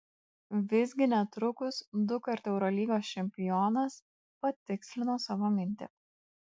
visgi netrukus dukart eurolygos čempionas patikslino savo mintį